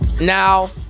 Now